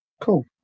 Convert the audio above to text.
Cool